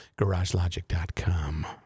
Garagelogic.com